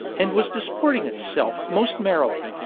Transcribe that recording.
and was disporting itself most merrily.